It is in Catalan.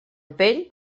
vell